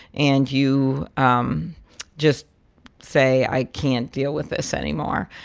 and you um just say, i can't deal with this anymore.